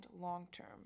long-term